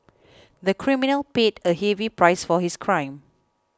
the criminal paid a heavy price for his crime